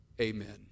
Amen